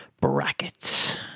Brackets